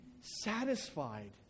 satisfied